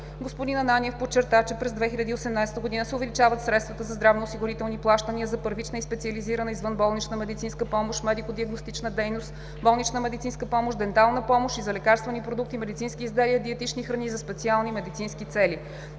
Господин Ананиев подчерта, че през 2018 г. се увеличават средствата за здравноосигурителни плащания за първична и специализирана извънболнична медицинска помощ, медико-диагностична дейност, болнична медицинска помощ, дентална помощ и за лекарствени продукти, медицински изделия и диетични храни за специални медицински цели.